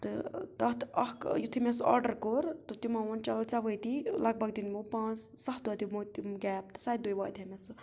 تہٕ تَتھ اَکھ یُتھُے مےٚ سُہ آڈَر کوٚر تہٕ تِمو ووٚن چلو ژےٚ وٲتی لگ بگ دِنۍ یِمو پانٛژھ سَتھ دۄہ دِمو تِم گیپ تہٕ سَتہِ دۄہہِ واتہِ ہا مےٚ سُہ